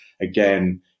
Again